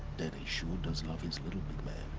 daddy sure does love his little big man.